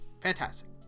fantastic